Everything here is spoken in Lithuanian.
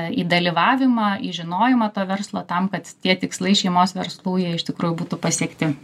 į dalyvavimą į žinojimą to verslo tam kad tie tikslai šeimos verslų jie iš tikrųjų būtų pasiekti